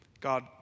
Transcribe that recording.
God